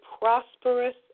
prosperous